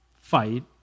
fight